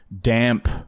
Damp